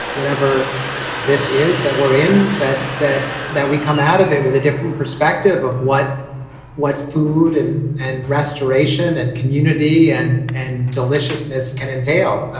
whatever this is that we're in. that that that we come out of it with a different perspective of what what food and and restoration and community and and deliciousness can entail.